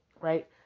right